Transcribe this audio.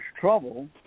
trouble